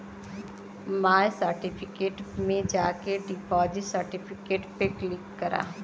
माय certificate में जाके deposit certificate पे क्लिक करा